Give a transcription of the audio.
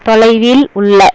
தொலைவில் உள்ள